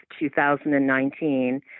2019